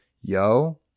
yo